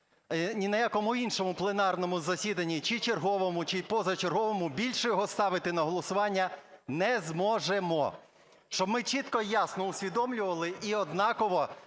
ні на якому іншому пленарному засіданні – чи черговому, чи позачерговому – більше його ставити на голосування не зможемо. Щоб ми чітко і ясно усвідомлювали і однаково